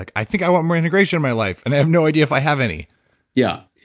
like i think i want more integration in my life, and i have no idea if i have any yeah.